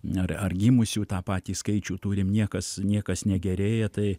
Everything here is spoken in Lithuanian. ar atgimusių tą patį skaičių turim niekas niekas negerėja tai